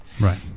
Right